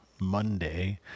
Monday